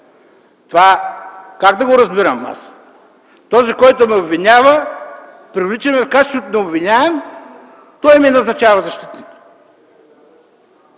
Това как да го разбирам аз? Този, който ме обвинява, привличаме в качеството на обвиняем, той ми назначава защитник.